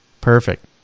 Perfect